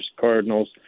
cardinals